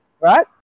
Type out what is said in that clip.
right